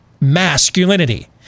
masculinity